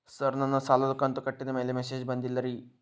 sir ನನ್ನ ಸಾಲದ ಕಂತು ಕಟ್ಟಿದಮೇಲೆ ಮೆಸೇಜ್ ಬಂದಿಲ್ಲ ರೇ